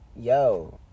yo